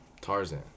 Tarzan